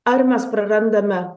ar mes prarandame